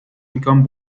become